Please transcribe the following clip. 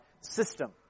system